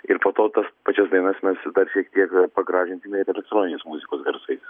ir po to tas pačias dainas mes dar šiek tiek pagražinsime ir elektroninės muzikos garsais